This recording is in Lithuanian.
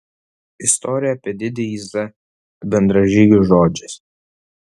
istorija apie didįjį z bendražygių žodžiais